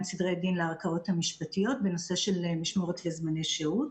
סדרי דין לערכאות המשפטיות בנושא של משמורת וזמני שהות